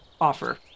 offer